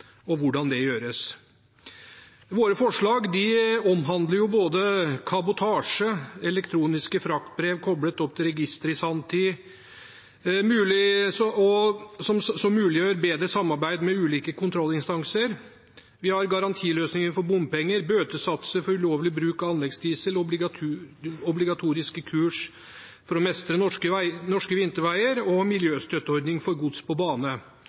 og hvordan det gjøres. Våre forslag omhandler både kabotasje og elektroniske fraktbrev koblet opp til registre i sanntid som muliggjør bedre samarbeid med ulike kontrollinstanser. Vi har forslag om garantiløsninger for bompenger, om bøtesatser for ulovlig bruk av anleggsdiesel, om obligatoriske kurs for å mestre norske vinterveier og om miljøstøtteordning for gods på bane